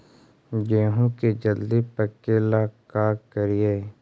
गेहूं के जल्दी पके ल का करियै?